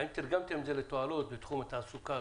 האם תרגמתם את זה לתועלות בתחום התעסוקה,